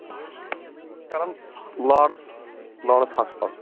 کران لاڈٕس لاڈس ہَسپَتال